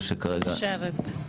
נשארת.